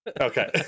okay